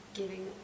giving